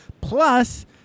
plus